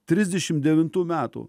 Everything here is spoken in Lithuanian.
trisdešim devintų metų